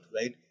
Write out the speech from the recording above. right